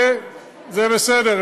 וזה בסדר,